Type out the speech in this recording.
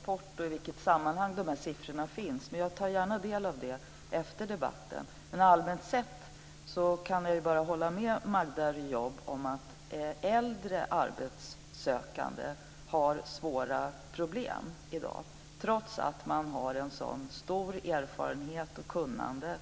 Fru talman! Nu har jag inte klart för mig i vilken rapport och i vilket sammanhang de här siffrorna finns, men jag tar gärna del av det efter debatten. Men allmänt sett kan jag bara hålla med Magda Ayoub att äldre arbetssökande har svåra problem i dag, trots att man har en så stor erfarenhet och kunnande